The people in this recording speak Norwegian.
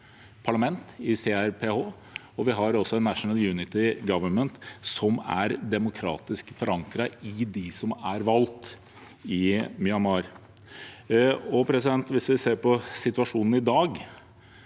i CRPH, og vi har også National Unity Government, som er demokratisk forankret i dem som er valgt i Myanmar. Hvis vi ser på situasjonen i dag,